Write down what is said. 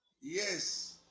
Yes